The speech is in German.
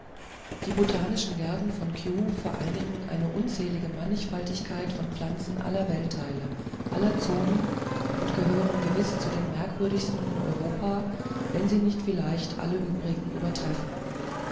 die botanischen gärten von kew vereinigen eine unzählige mannigfaltigkeit von pflanzen aller weltteile aller zonen und gehören gewiß zu den merkwürdigsten in europa wenn sie nicht vielleicht alle übrigen übertreffen